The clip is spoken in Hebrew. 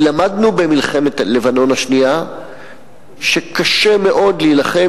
כי למדנו במלחמת לבנון השנייה שקשה מאוד להילחם